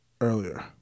earlier